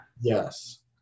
Yes